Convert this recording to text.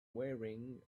wearing